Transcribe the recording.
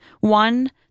one